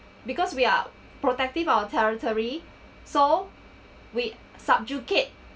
because we are protective our territory so wait subjugate